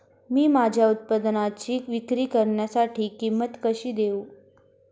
मी माझ्या उत्पादनाची विक्री करण्यासाठी किंमत कशी देऊ?